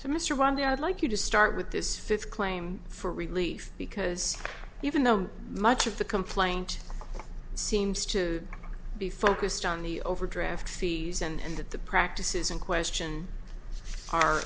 to mr romney i'd like you to start with this fifth claim for relief because even though much of the complaint seems to be focused on the overdraft fees and that the practices in question are